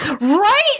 right